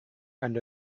and